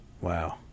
Wow